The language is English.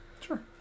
Sure